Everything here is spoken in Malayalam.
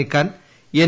നീക്കാൻ എൻ